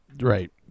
Right